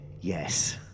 Yes